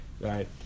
right